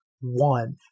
one